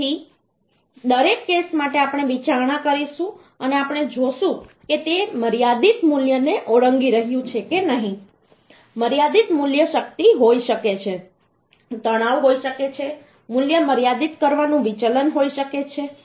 તેથી દરેક કેસ માટે આપણે વિચારણા કરીશું અને આપણે જોશું કે તે મર્યાદિત મૂલ્યને ઓળંગી રહ્યું છે કે નહીં મર્યાદિત મૂલ્ય શક્તિ હોઈ શકે છે તણાવ હોઈ શકે છે મૂલ્ય મર્યાદિત કરવાનું વિચલન હોઈ શકે છે